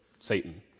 Satan